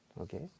okay